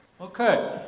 Okay